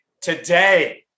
today